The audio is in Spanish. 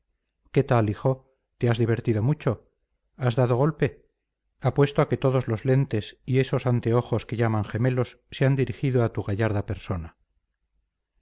qué tal hijo te has divertido mucho has dado golpe apuesto a que todos los lentes y esos anteojos que llaman gemelos se han dirigido a tu gallarda persona